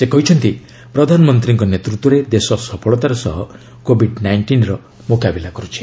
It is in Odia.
ସେ କହିଛନ୍ତି ପ୍ରଧାନମନ୍ତ୍ରୀଙ୍କ ନେତୃତ୍ୱରେ ଦେଶ ସଫଳତାର ସହ କୋଭିଡ ନାଇଷ୍ଟିନ୍ର ମୁକାବିଲା କରୁଛି